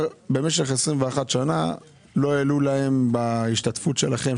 במשך 21 שנים לא העלו לזכיינים את הסכום בהשתתפות שלכם,